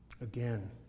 again